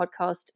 podcast